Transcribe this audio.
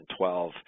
2012